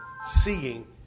seeing